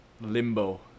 limbo